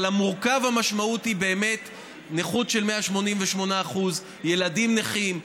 אבל ב"מורכב" המשמעות היא באמת נכות של 188%: ילדים נכים,